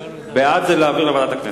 בעד זה להעביר לוועדת הכנסת.